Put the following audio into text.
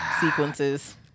sequences